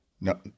No